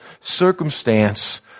circumstance